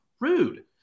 Rude